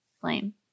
flame